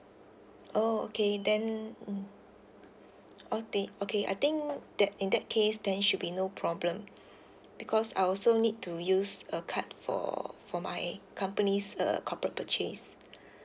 oh okay then mm okay okay I think that in that case then should be no problem because I also need to use a card for for my company's uh corporate purchase